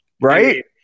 right